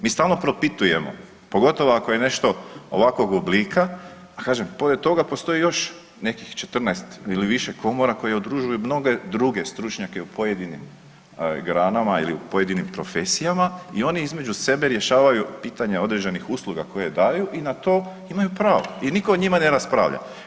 Mi stalno propitujemo pogotovo ako je nešto ovakvog oblika, a kažem pored toga postoji još nekih 14 ili više Komora koji udružuju mnoge druge stručnjake u pojedinim granama ili u pojedinim profesijama i oni između sebe rješavaju pitanja određenih usluga koje daju i na to imaju pravo i nitko o njima ne raspravlja.